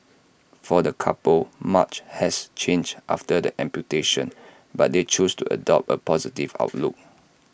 for the couple much has changed after the amputation but they choose to adopt A positive outlook